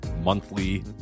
monthly